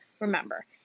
remember